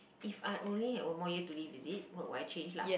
if I only had one more year to live is it what would I change lah